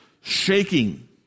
shaking